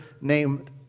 named